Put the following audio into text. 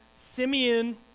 Simeon